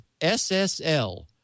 SSL